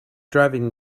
driving